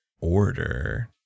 Order